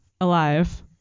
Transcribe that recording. alive